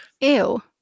Ew